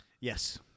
Yes